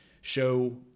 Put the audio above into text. show